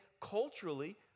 culturally